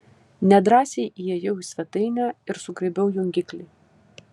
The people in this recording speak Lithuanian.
nedrąsiai įėjau į svetainę ir sugraibiau jungiklį